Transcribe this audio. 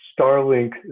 Starlink